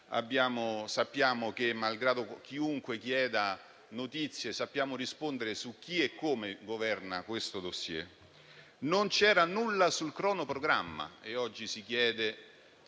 sappiamo che, chiunque chieda notizie, possiamo rispondere su chi e come governa questo *dossier*. Non c'era nulla sul cronoprogramma; oggi si chiede